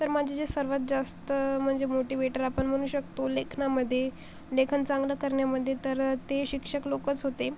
तर माझे जे सर्वात जास्त म्हणजे मोटीवेटर आपण म्हनू शकतो लेखनामधे लेखन चांगलं करण्यामधे तर ते शिक्षक लोकच होते